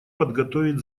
подготовить